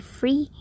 free